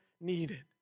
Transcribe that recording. needed